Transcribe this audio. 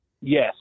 Yes